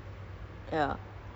oh kerja apa tu